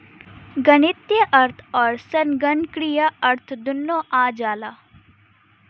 गणीतीय अर्थ अउर संगणकीय अर्थ दुन्नो आ जाला